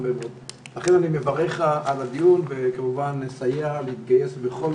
לכן אני מברך על הדיון וכמובן אסייע ואתגייס בכל